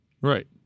Right